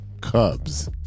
Cubs